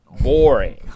Boring